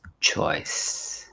choice